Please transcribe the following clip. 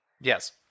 Yes